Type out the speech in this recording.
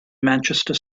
manchester